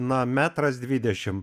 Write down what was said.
na metras dvidešim